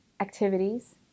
activities